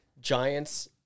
Giants